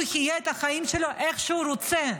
הוא יחיה את החיים שלו איך שהוא רוצה.